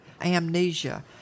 amnesia